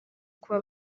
kuba